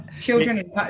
children